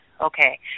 okay